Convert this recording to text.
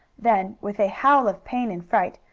then, with a howl of pain and fright,